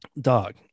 Dog